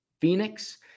Phoenix